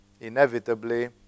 inevitably